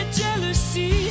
jealousy